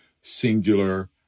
singular